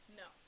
no